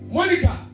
Monica